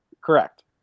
Correct